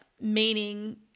meaning